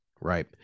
Right